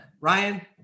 Ryan